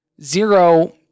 Zero